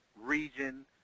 region